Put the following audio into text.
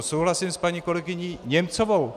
Souhlasím s paní kolegyní Němcovou.